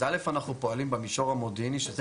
אז א' אנחנו פועלים במישור המודיעיני שזה